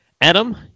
Adam